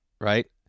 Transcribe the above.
Right